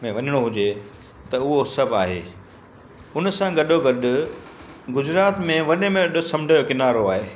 में वञिणो हुजे त उहो सभु आहे हुनसां गॾोगॾु गुजरात में वॾे में वॾो समुंड जो किनारो आहे